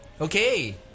Okay